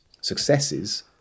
successes